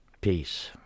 peace